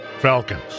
falcons